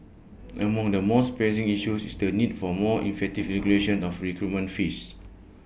among the most pressing issues is the need for more effective regulation of recruitment fees